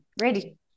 ready